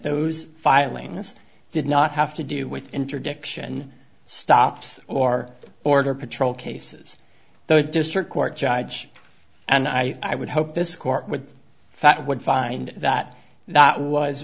those filings did not have to do with interdiction stops or border patrol cases the district court judge and i would hope this court would fact would find that that was